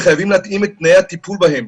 וחייבים להתאים את תנאי הטיפול בהם.